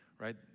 Right